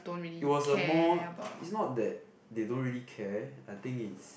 it was a more it's not that they don't really care I think it's